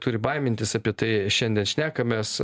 turi baimintis apie tai šiandien šnekamės